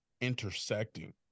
intersecting